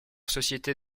société